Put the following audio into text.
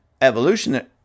evolution